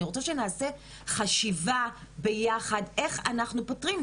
אני רוצה שנעשה חשיבה ביחד איך אנחנו פותרים.